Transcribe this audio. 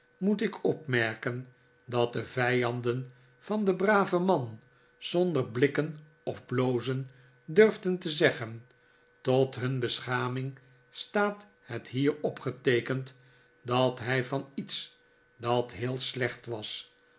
moet ik opmerken dat de vijanden van den braven man zonder blikken of blozen durfden te zeggen tot hun beschaming staat het hier opgeteekend dat hij van iets dat heel slecht